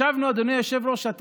אדוני היושב-ראש,